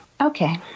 Okay